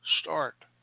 start